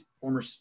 former